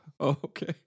okay